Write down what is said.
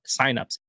signups